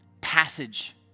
passage